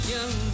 Young